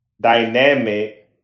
dynamic